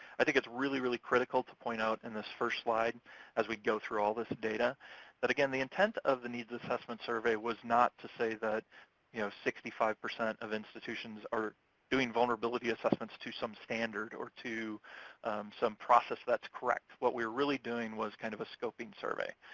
i think it's really, really critical to point out in this first slide as we go through all this data that, again, the intent of the needs assessment survey was not to say that you know sixty five percent of institutions are doing vulnerability assessments to some standard or to some process that's correct. what we were really doing was kind of a scoping survey,